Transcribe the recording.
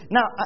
Now